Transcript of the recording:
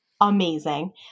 amazing